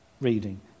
reading